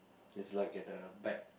it's like at the back